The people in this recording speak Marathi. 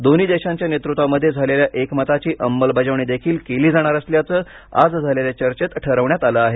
दोन्ही देशांच्या नेतृत्वामध्ये झालेल्या एकमताची अंमलबजावणीदेखील केली जाणार असल्याचं आज झालेल्या चर्चेत ठरवण्यात आलं आहे